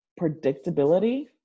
predictability